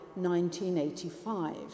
1985